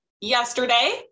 yesterday